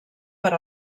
per